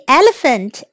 elephant